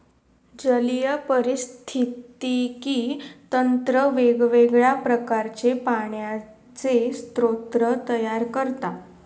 जलीय पारिस्थितिकी तंत्र वेगवेगळ्या प्रकारचे पाण्याचे स्रोत तयार करता